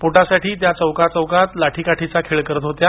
पोटासाठी त्या चौकाचौकात लाठी काठीचा खेळ करत होत्या